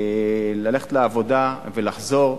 ללכת לעבודה ולחזור.